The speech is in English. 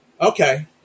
Okay